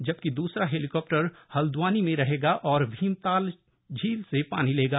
जबकि द्सरा हेलीकाप्टर हल्द्वानी में रहेगा और भीमताल झील से पानी लेगा